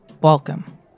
Welcome